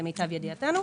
למיטב ידיעתנו.